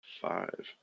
five